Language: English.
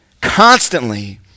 constantly